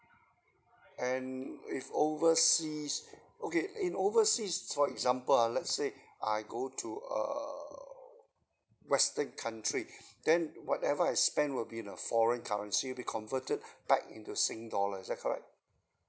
and if overseas okay in overseas for example ha let's say I go to err western country then whatever I spent will be in a foreign currency be converted back into sing dollars is that correct